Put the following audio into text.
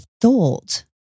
thought